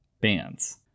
bands